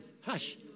Hush